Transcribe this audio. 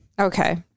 okay